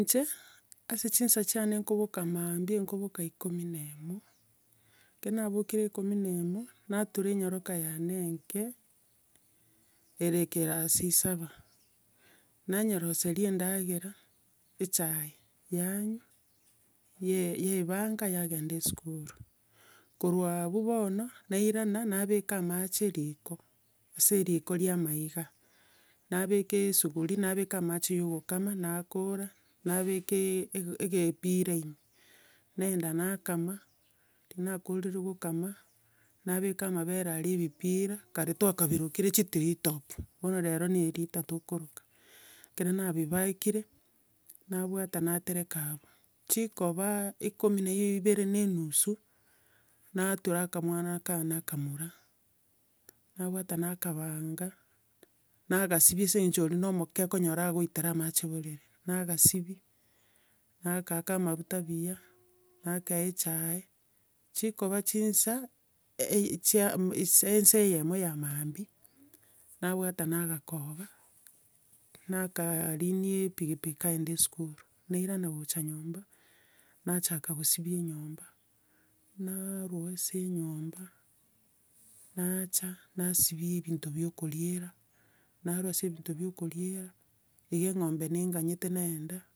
Inche, ase chinsa chiane nkoboka mambia, e inkoboka ikomi na emo, ekero nabokire ekomi na emo, natura enyaroka yane enke, ere class saba. Nanyeroseria endagera, echae, yanywa, yaebanga, yagenda esukuru. Korwa abu bono, nairana, nabeka amache riko, ase riko ria amaiga, nabeka esuguri nabeka amache yo ogokama, nakora, nabeka eke- ekeepira ime, naenda nakama, riria nakora kokama, nabeka amabere aria ebipira, kare twakabirokirie chitiritop, beno rero ne erita tokoroka. Ekero nabibakire, nabwata natereka abwo, chikoba ikomi na ibere na enusu, natura akamwana kane akamura, nabwata nakabanga, nagasibia ase eng'encho oria na omoke okonyora agoitera amache borere. Nagasibia, nagaaka amafuta buya, nakaa echae chikoba chinsa, e- chia- ensa eyemo ya maambia, nabwata nagakoba, nakarinia epikipiki kagenda esukuru, nairana gocha nyomba, nachaka kosibia enyoba, narwa ase enyomba, nacha nasibia ebinto bia okoriera, narwa ase ebinto bya okoriera, igo eng'ombe nenganyete nagenda.